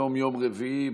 היום יום רביעי,